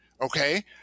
Okay